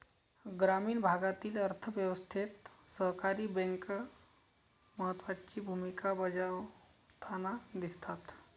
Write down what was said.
ग्रामीण भागातील अर्थ व्यवस्थेत सहकारी बँका महत्त्वाची भूमिका बजावताना दिसतात